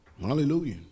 Hallelujah